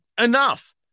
enough